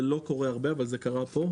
זה לא קורה הרבה, אבל זה קרה פה.